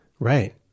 Right